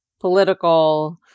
political